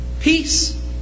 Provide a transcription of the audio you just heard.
Peace